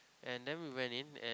and then we went in and